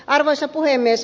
arvoisa puhemies